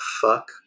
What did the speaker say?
fuck